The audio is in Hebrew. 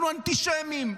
אנחנו אנטישמיים.